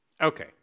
Okay